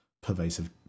pervasive